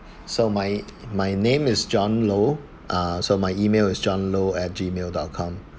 so my my name is john low so my email is john low at Gmail dot com